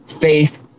faith